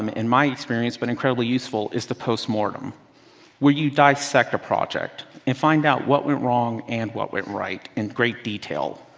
um in my experience, but incredibly useful is the post mortem where you dissect a project and find out what went wrong and what went right in great detail.